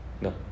No